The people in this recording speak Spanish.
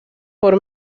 por